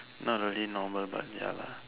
not really normal but ya lah